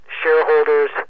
shareholders